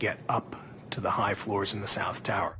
get up to the high floors in the south tower